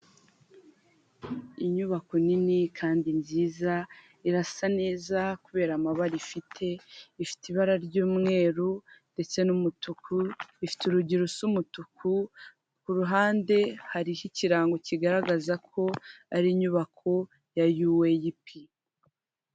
Inyubako nini kandi nziza irasa neza kubera amabara ifite ifite ibara ry'umweru ndetse n'umutuku ifite urugero rusa umutuku, ku ruhande hariho ikirango kigaragaza ko ari inyubako ya yuweyipi.